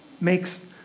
makes